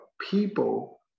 people